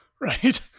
right